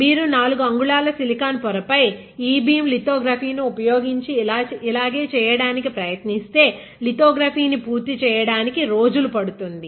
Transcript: మీరు 4 అంగుళాల సిలికాన్ పొరపై ఇ బీమ్ లితోగ్రఫీ ను ఉపయోగించి ఇలాగే చేయడానికి ప్రయత్నిస్తే లితోగ్రఫీ ని పూర్తి చేయడానికి రోజులు పడుతుంది